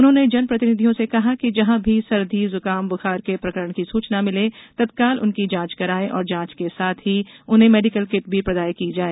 उन्होंने जन प्रतिनिधियों से कहा कि जहाँ भी सर्दी जुकाम बुखार के प्रकरण की सुचना मिले तत्काल उनकी जाँच कराएँ और जाँच के साथ ही उन्हें मेडिकल किट भी प्रदाय की जाए